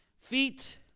Feet